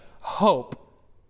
hope